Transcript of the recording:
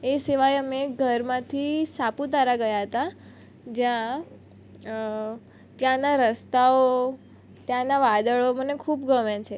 એ સિવાય અમે ઘરમાંથી સાપુતારા ગયા હતા જ્યાં ત્યાંનાં રસ્તાઓ ત્યાંનાં વાદળો મને ખૂબ ગમે છે